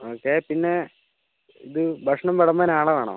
okay പിന്നേ ഇത് ഭക്ഷണം വിളമ്പാൻ ആളെ വേണൊ